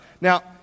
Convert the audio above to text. Now